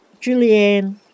Julianne